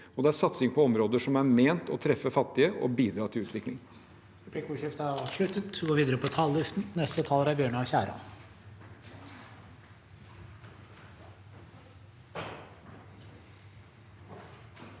og det er satsing på områder som er ment å treffe fattige og bidra til utvikling.